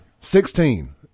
Sixteen